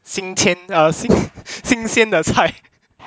新天 err 新鲜的菜